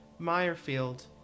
Meyerfield